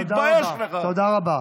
תודה רבה, תודה רבה,